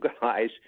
guys